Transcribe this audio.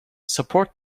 support